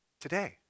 Today